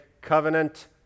covenant